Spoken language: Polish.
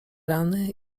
rany